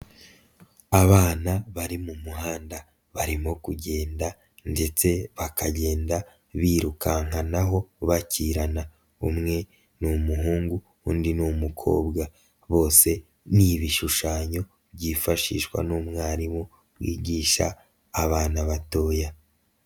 Abana bari mu muhanda barimo kugenda ndetse bakagenda birukankanaho bakirana, umwe ni umuhungu undi ni umukobwa bose ni ibishushanyo byifashishwa n'umwarimu wigisha abana batoya.